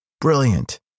brilliant